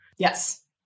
Yes